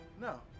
No